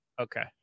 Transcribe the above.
Okay